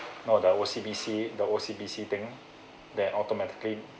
know the O_C_B_C the O_C_B_C thing that automatically